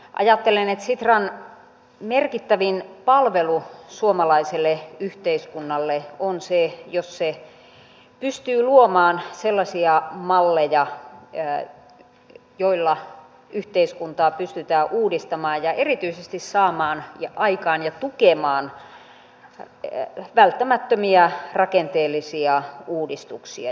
ajattelen että sitran merkittävin palvelu suomalaiselle yhteiskunnalle on se jos pystyy luomaan sellaisia malleja joilla yhteiskuntaa pystytään uudistamaan ja saamaan aikaan ja tukemaan erityisesti välttämättömiä rakenteellisia uudistuksia